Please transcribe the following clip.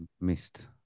missed